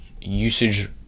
usage